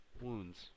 wounds